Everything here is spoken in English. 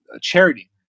charity